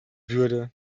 würde